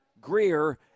Greer